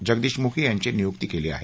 जगदीश मुखी यांची नियुक्ती केली आहे